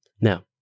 Now